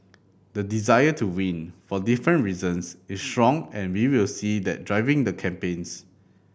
the desire to win for different reasons is strong and we will see that driving the campaigns